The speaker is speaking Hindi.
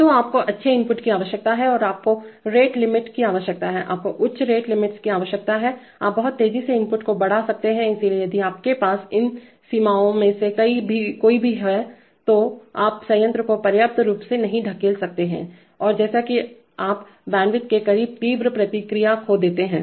तो आपको अच्छे इनपुट की आवश्यकता है और आपको रेट लिमिट्स की आवश्यकता है आपको उच्च रेट लिमिट्स की आवश्यकता है आप बहुत तेजी से इनपुट को बढ़ा सकते हैं इसलिए यदि आपके पास इन सीमाओं में से कोई भी हैतो आप संयंत्र को पर्याप्त रूप से नहीं धकेल सकते हैं और जैसा कि आपबैंडविड्थ के करीब तीव्र प्रतिक्रिया खो देते हैं